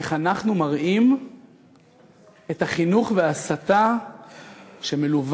איך אנחנו מראים את החינוך וההסתה שמלווה